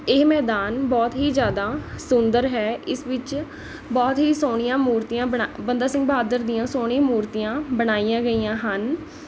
ਇਹ ਮੈਦਾਨ ਬਹੁਤ ਹੀ ਜ਼ਿਆਦਾ ਸੁੰਦਰ ਹੈ ਇਸ ਵਿੱਚ ਬਹੁਤ ਹੀ ਸੋਹਣੀਆਂ ਮੂਰਤੀਆਂ ਬਣਾ ਬੰਦਾ ਸਿੰਘ ਬਹਾਦਰ ਦੀਆਂ ਸੋਹਣੀ ਮੂਰਤੀਆਂ ਬਣਾਈਆਂ ਗਈਆ ਹਨ